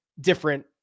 different